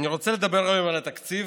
אני רוצה לדבר היום על התקציב